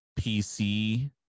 PC